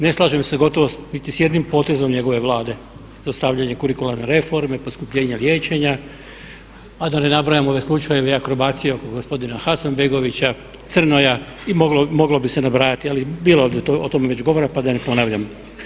Ne slažem se gotovo niti sa jednim potezom njegove Vlade zaustavljanje kurikularne reforme, poskupljenja liječenja a da ne nabrajam ove slučajeve akrobacije oko gospodina Hasanbegovića, Crnoja i moglo bi se nabrajati ali bilo je već ovdje o tome govora pa da ne ponavljam.